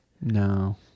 No